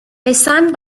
pesan